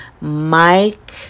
Mike